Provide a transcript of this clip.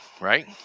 right